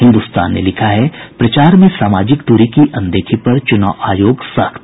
हिन्दुस्तान ने लिखा है प्रचार में सामाजिक द्री की अनदेखी पर चुनाव आयोग सख्त